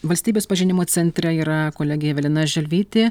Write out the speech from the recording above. valstybės pažinimo centre yra kolegė evelina želvytė